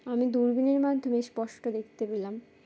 আমি দূরনের মাধ্যমে স্পষ্ট দেখতে পেলাম